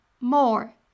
more